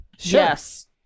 Yes